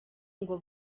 ngo